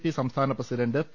P സംസ്ഥാന president P